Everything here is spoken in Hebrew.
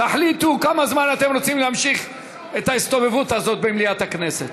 תחליטו כמה זמן אתם רוצים להמשיך את ההסתובבות הזאת במליאת הכנסת.